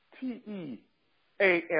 T-E-A-M